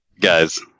Guys